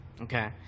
okay